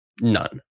none